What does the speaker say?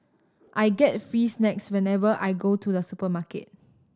I get free snacks whenever I go to the supermarket